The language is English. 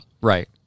right